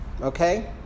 okay